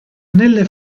nelle